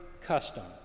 custom